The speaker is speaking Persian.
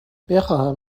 بخواهم